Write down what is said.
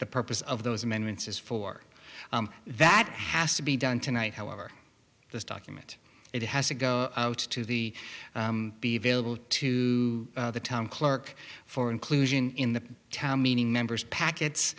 the purpose of those amendments is for that has to be done tonight however this document it has to go out to the be available to the town clerk for inclusion in the town meaning members packets